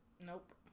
Nope